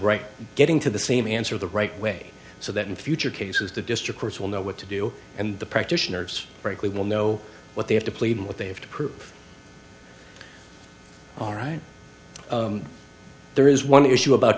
right getting to the same answer the right way so that in future cases the district nurse will know what to do and the practitioners break we will know what they have to plead and what they have to prove all right there is one issue about